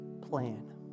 plan